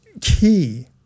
key